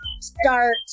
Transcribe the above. start